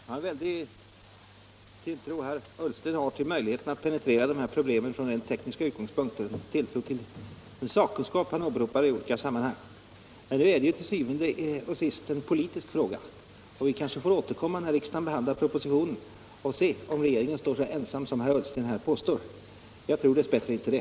Herr talman! Det är en väldig tilltro herr Ullsten har till möjligheten att penetrera de här problemen från rent tekniska utgångspunkter, en tilltro till den sakkunskap han åberopar i olika sammanhang. Men nu är detta en politisk fråga och vi kanske får återkomma när riksdagen behandlar propositionen och se om regeringen står så ensam som herr Ullsten påstår. Jag tror dess bättre inte det.